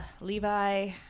Levi